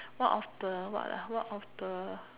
one of the what ah one of the